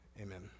amen